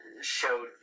showed